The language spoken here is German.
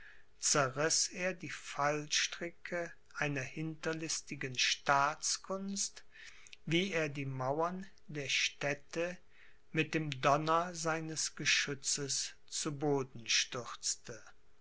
zerriß er die fallstricke einer hinterlistigen staatskunst wie er die mauern der städte mit dem donner seines geschützes zu boden stürzte